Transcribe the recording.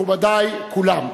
מכובדי כולם,